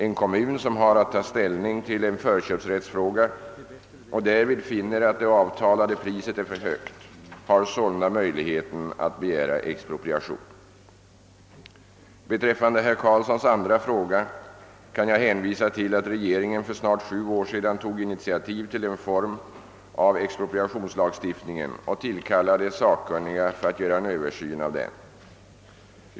En kommun som har att ta ställning till en förköpsrättsfråga och därvid finner att det avtalade priset är för högt har sålunda möjlighet att begära expropriation. Beträffande herr Karlssons andra fråga kan jag hänvisa till att regeringen för snart :sju år sedan tog initiativ till en reform av expropriationslagstiftningen och tillkallade sakkunniga för att göra en översyn av lagstiftningen.